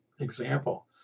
example